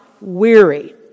weary